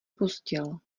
pustil